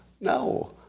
No